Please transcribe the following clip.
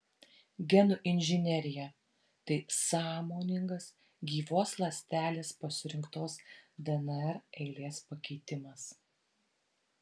genų inžinerija tai sąmoningas gyvos ląstelės pasirinktos dnr eilės pakeitimas